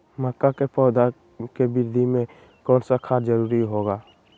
मक्का के पौधा के वृद्धि में कौन सा खाद जरूरी होगा?